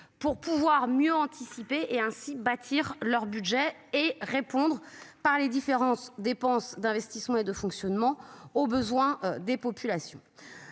pour pouvoir mieux anticiper et ainsi bâtir leur budget et répondre par les différences dépenses d'investissement et de fonctionnement aux besoins des populations.